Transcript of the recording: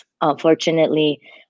Unfortunately